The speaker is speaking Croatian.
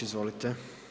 Izvolite!